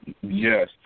Yes